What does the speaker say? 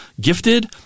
gifted